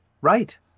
right